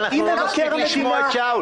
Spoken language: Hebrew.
אנחנו לא נספיק לשמוע את שאול.